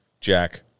Jack